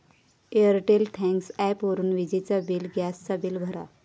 Airtel thanks ॲपवरून विजेचा bill, gas चा बिल भरा